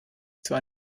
zwar